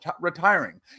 retiring